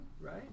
right